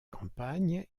campagne